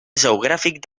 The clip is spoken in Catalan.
geogràfic